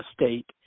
state